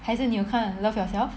还是你有看 love yourself